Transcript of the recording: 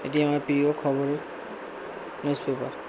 এটি আমার প্রিয় খবরের নিউজপেপার